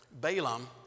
Balaam